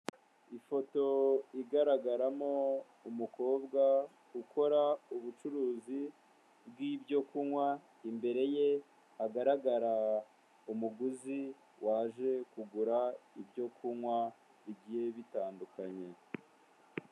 Ifoto igaragaramo umukobwa ukora ubucuruzi bw'ibyo kunywa, imbere ye hagaragara umuguzi waje kugura ibyo kunywa bigiye bitandukanye.